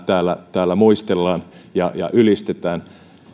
täällä muistellaan ja ja ylistetään